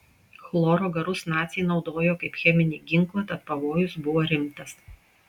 chloro garus naciai naudojo kaip cheminį ginklą tad pavojus buvo rimtas